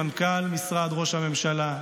מנכ"ל משרד ראש הממשלה,